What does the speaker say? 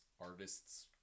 artists